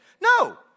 No